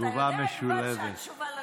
אתה יודע לבד שהתשובה לא